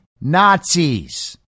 Nazis